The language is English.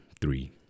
three